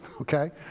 okay